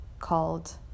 called